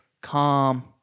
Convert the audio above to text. calm